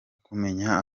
kumenya